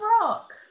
Rock